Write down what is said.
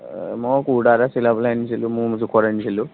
মই কুৰ্টা এটা চিলাবলৈ আনিছিলোঁ মোৰ জোখত আনিছিলোঁ